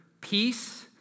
peace